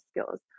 skills